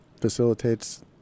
facilitates